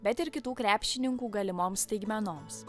bet ir kitų krepšininkų galimoms staigmenoms